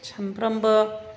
सानफ्रोमबो